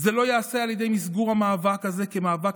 זה לא ייעשה על ידי מסגור המאבק הזה כמאבק